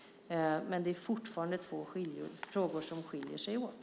Men det är fortfarande två frågor som skiljer sig åt.